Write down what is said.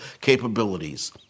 capabilities